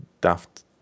daft